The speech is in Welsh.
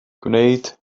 gwneud